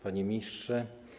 Panie Ministrze!